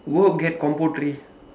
go get combo three